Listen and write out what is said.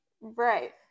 Right